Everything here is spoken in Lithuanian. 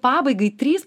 pabaigai trys